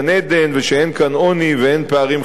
ושאין כאן עוני ואין פערים חברתיים.